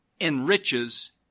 enriches